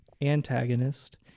antagonist